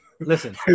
Listen